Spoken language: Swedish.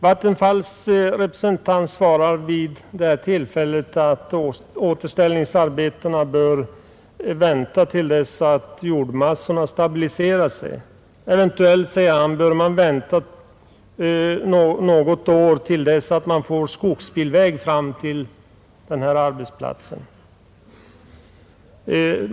Vattenfalls representant svarade vid detta tillfälle att återställningsarbetet bör vänta till dess jordmassorna har stabiliserat sig. Eventuellt bör man vänta något år till dess man får skogsbilväg fram till denna arbetsplats.